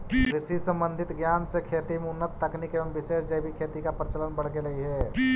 कृषि संबंधित ज्ञान से खेती में उन्नत तकनीक एवं विशेष जैविक खेती का प्रचलन बढ़ गेलई हे